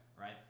Right